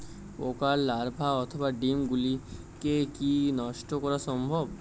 পোকার লার্ভা অথবা ডিম গুলিকে কী নষ্ট করা সম্ভব?